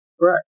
Right